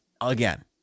again